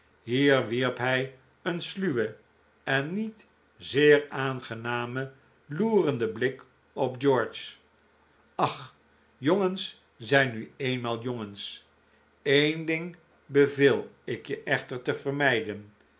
hier wierp hij een sluwen en niet zeer aangenamen loerenden blik op george ach jongens zijn nu eenmaal jongens een ding beveel ik je echter te vermijden